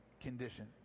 condition